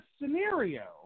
scenario